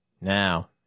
Now